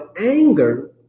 anger